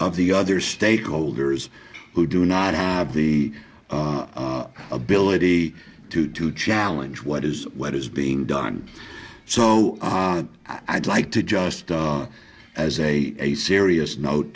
of the other stakeholders who do not have the ability to to challenge what is what is being done so i'd like to just as a a serious note